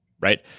right